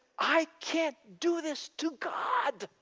i can't do this to god!